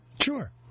Sure